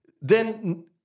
Then-